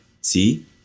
see